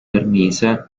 permise